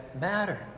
matter